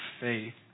faith